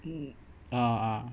ah